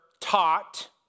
taught